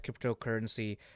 cryptocurrency